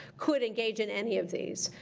could engage in any of these.